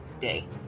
day